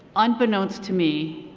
unbeknownst to me,